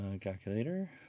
Calculator